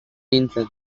nintzen